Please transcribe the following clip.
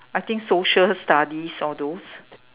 I think social studies all those